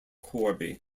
corby